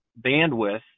bandwidth